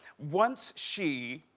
once she,